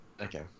Okay